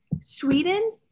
Sweden